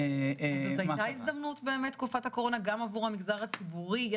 אז תקופת הקורונה באמת הייתה הזדמנות עבור המגזר הציבורי?